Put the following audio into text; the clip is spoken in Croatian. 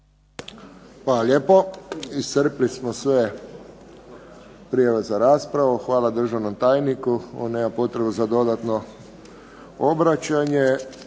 lijepo. Iscrpili smo sve prijave za raspravu. Hvala državnom tajniku. On nema potrebu za dodatno obraćanje.